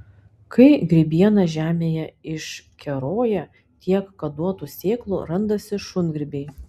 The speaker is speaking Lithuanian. kai grybiena žemėje iškeroja tiek kad duotų sėklų randasi šungrybiai